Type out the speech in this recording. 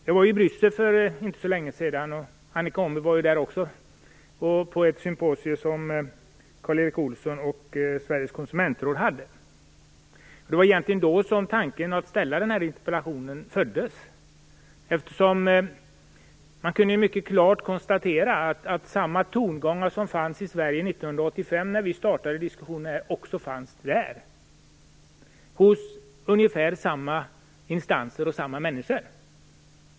Jag var i Bryssel för inte så länge sedan - Annika Åhnberg var också där - på ett symposium som Karl Erik Olsson och Sveriges Konsumentråd hade anordnat. Det var egentligen då som tanken på att ställa den här interpellationen föddes. Man kunde mycket klart konstatera att samma tongångar som fanns i Sverige 1985, när vi startade diskussionen här, också fanns där, hos ungefär samma instanser och samma människor.